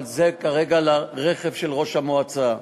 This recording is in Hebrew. אבל הנזק כרגע הוא לרכב של ראש המועצה,